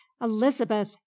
Elizabeth